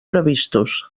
previstos